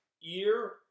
year